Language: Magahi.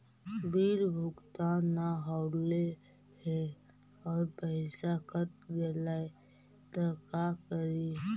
बिल भुगतान न हौले हे और पैसा कट गेलै त का करि?